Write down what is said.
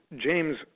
James